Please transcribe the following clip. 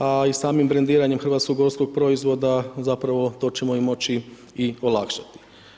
A i samim brendiranjem hrvatskog gorskog proizvoda, zapravo to ćemo im moći i olakšati.